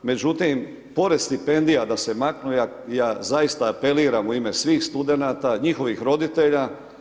Međutim, pored stipendija da se maknu, ja zaista apeliram u ime svih studenata, njihovih roditelja.